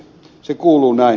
se kuuluu näin